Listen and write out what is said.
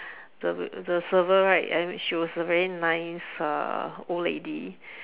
the the server right she's was a very nice uh old lady